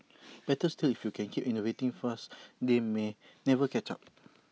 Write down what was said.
better still if you can keep innovating fast they may never catch up